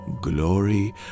glory